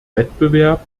wettbewerb